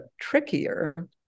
trickier